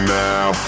now